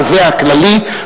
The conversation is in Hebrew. התובע הכללי,